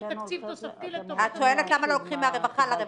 תקציב תוספתי לטובת -- את שואלת למה לא לוקחים מהרווחה לרווחה.